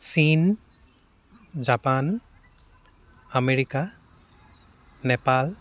চীন Japan America Nepal